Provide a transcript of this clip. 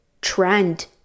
trend